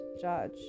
judge